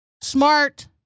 smart